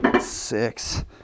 six